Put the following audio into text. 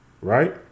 Right